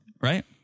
Right